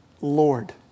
Lord